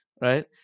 right